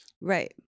Right